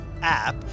app